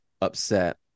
upset